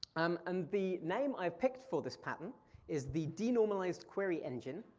um and the name i've picked for this pattern is the denormalized query engine,